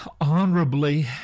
honorably